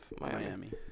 Miami